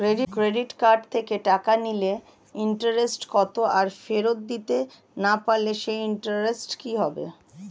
Credit card থেকে টাকা নিলে ইন্টারেস্ট কত আর ফেরত দিতে না পারলে সেই ইন্টারেস্ট কি হবে?